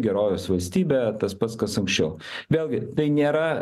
gerovės valstybė tas pats kas aukščiau vėlgi tai nėra